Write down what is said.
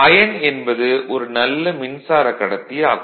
ஐயன் என்பது ஒரு நல்ல மின்சார கடத்தி ஆகும்